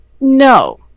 no